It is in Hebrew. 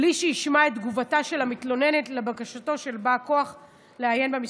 בלי שישמע את תגובתה של המתלוננת על בקשתו של בא כוח לעיין במסמכים.